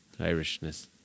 Irishness